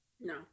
No